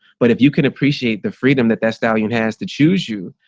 but if you can appreciate the freedom that that stallion has to choose you,